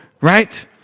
right